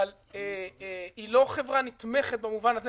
אבל היא לא חברה נתמכת במובן הזה.